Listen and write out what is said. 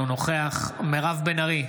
אינו נוכח מירב בן ארי,